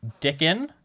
Dickin